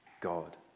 God